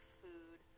food